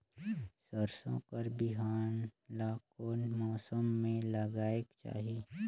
सरसो कर बिहान ला कोन मौसम मे लगायेक चाही?